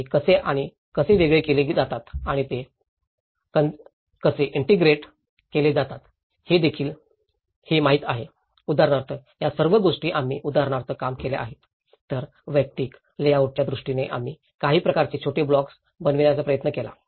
ते कसे आणि कसे वेगळे केले जातात आणि ते कसेइन्टिग्रेट केले जातात हे माहित आहे उदाहरणार्थ या सर्व गोष्टी आम्ही उदाहरणार्थ काम केल्या आहेत तर वैयक्तिक लेआउटच्या दृष्टीने आम्ही काही प्रकारचे छोटे ब्लॉक्स बनवण्याचा प्रयत्न केला